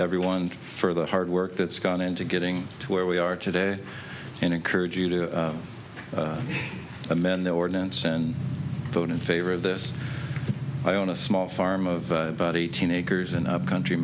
everyone for the hard work that's gone into getting to where we are today and encourage you to amend their ordinance and vote in favor of this i own a small farm of about eighteen acres in our country